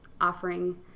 offering